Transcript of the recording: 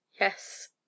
yes